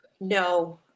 No